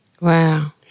Wow